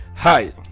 Hi